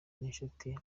n’inshuti